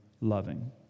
loving